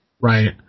Right